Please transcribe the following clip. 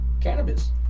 cannabis